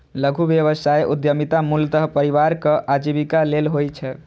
लघु व्यवसाय उद्यमिता मूलतः परिवारक आजीविका लेल होइ छै